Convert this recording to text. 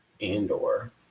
Andor